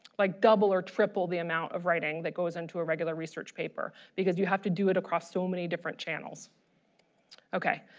like double or triple the amount of writing that goes into a regular research paper because you have to do it across so many different channels okay.